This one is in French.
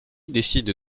décide